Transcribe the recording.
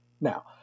Now